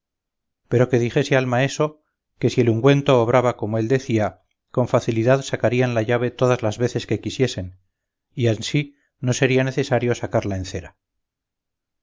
pero que dijese al maeso que si el ungüento obraba como él decía con facilidad sacarían la llave todas las veces que quisiesen y ansí no sería necesario sacarla en cera